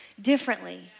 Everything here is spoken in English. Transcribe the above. differently